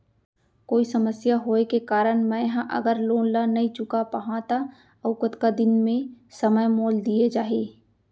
कोई समस्या होये के कारण मैं हा अगर लोन ला नही चुका पाहव त अऊ कतका दिन में समय मोल दीये जाही?